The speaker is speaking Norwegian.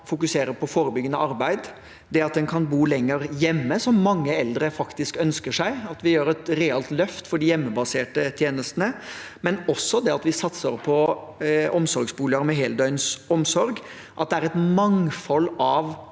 fokusere på forebyggende arbeid, at en kan bo lenger hjemme, som mange eldre faktisk ønsker seg. Vi gjør et realt løft for de hjemmebaserte tjenestene, men vi satser også på omsorgsboliger med heldøgns omsorg. At det er et mangfold av